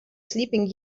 sleeping